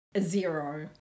zero